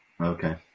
Okay